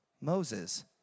Moses